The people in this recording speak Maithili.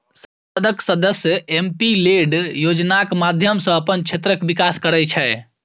संसदक सदस्य एम.पी लेड योजनाक माध्यमसँ अपन क्षेत्रक बिकास करय छै